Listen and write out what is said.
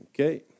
Okay